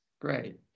great